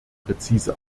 präzise